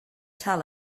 tell